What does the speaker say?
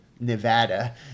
Nevada